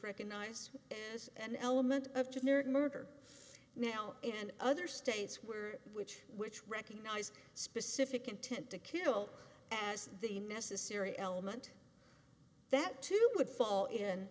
recognized as an element of generic murder now and other states were which which recognize specific intent to kill as the necessary element that too would fall in